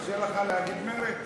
קשה לך להגיד מרצ?